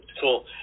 Cool